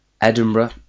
Edinburgh